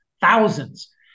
Thousands